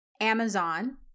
Amazon